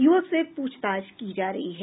युवक से पूछताछ की जा रही है